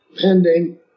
pending